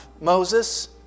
Moses